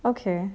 okay